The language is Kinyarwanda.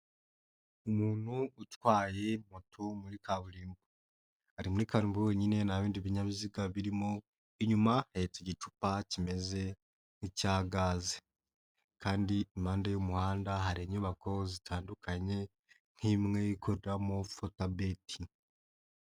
Umuntu utwaye moto muri kaburimbo, ari muri karimbo wenyine nta bindi binyabiziga birimo, inyuma ahetse igicupa kimeze nk'icya gaze kandi impande y'umuhanda hari inyubako zitandukanye nk'imwe ikoreramo FORTEBET.